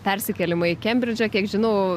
persikėlimą į kembridžą kiek žinau